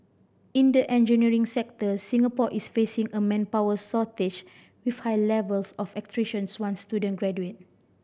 in the engineering sector Singapore is facing a manpower shortage with high levels of once student graduate